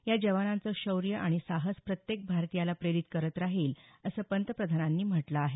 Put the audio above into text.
या जवानांचं शौर्य आणि साहस प्रत्येक भारतीयाला प्रेरित करत राहील असं पंतप्रधानांनी म्हटलं आहे